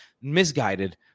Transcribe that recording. misguided